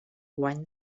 guany